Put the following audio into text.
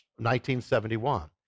1971